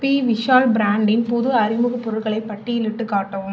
B Vishal பிராண்டின் புது அறிமுகப் பொருட்களை பட்டியலிட்டுக் காட்டவும்